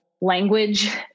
language